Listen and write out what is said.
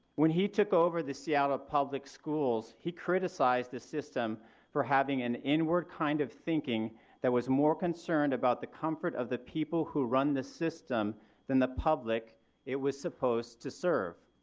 when he took over the seattle public schools he criticized the system for having an inward kind of thinking that was more concerned about the comfort of the people who run the system than the public it was supposed to serve.